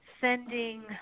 sending